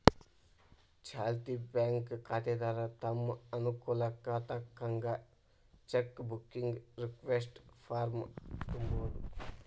ಚಾಲ್ತಿ ಬ್ಯಾಂಕ್ ಖಾತೆದಾರ ತಮ್ ಅನುಕೂಲಕ್ಕ್ ತಕ್ಕಂತ ಚೆಕ್ ಬುಕ್ಕಿಗಿ ರಿಕ್ವೆಸ್ಟ್ ಫಾರ್ಮ್ನ ತುಂಬೋದು